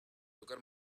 tocar